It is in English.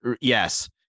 Yes